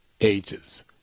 ages